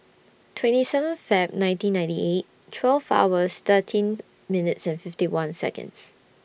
twenty seven Feb nineteen ninety eight twelve hours thirteen minutes and fifty one Seconds